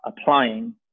applying